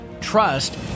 trust